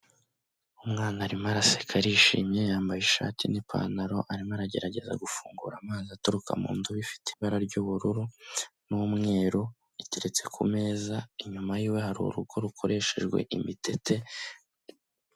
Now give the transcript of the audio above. Umwana arimo araseka arishimye yambaye ishati n'ipantaro arimo aragerageza gufungura amazi aturuka mu nzu ifite ibara ry'ubururu n'umweru, itereretse ku meza, inyuma y'iwe hari urugo rukoreshejwe imitete.